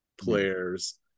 players